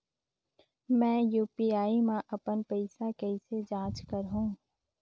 मैं यू.पी.आई मा अपन पइसा कइसे जांच करहु?